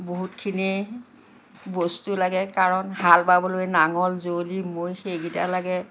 বহুতখিনি বস্তু লাগে কাৰণ হাল বাবলৈ নাঙল যুঁৱলি মৈ এইকেইটা লাগে